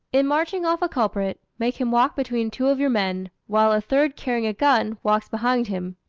in marching off a culprit, make him walk between two of your men, while a third carrying a gun, walks behind him.